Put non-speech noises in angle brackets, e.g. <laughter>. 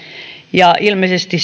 ja ilmeisesti <unintelligible>